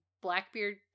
Blackbeard